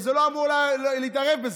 הם לא אמורים להתערב בזה,